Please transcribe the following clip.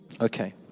Okay